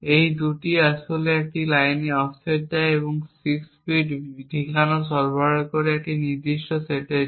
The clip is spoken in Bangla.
এই 2টি আসলে একটি লাইনে অফসেট দেয় এবং এই 6টি বিট ঠিকানা সরবরাহ করে একটি নির্দিষ্ট সেটের জন্য